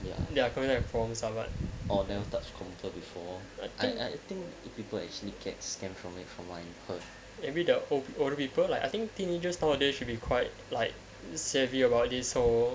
ya they are coming from someone or never touch control before I think if people actually get scanned from a from wine for maybe the older people like I think teenagers nowadays should be quite like the savvy about this so